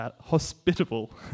hospitable